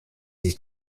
sich